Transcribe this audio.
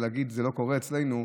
ולהגיד: זה לא קורה אצלנו,